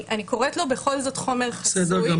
אני קוראת לו בכל זאת "חומר חסוי"